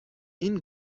این